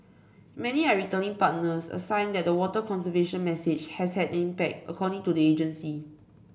many are returning partners a sign that the water conservation message has had an impact according to the agency